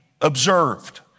observed